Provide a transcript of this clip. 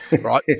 right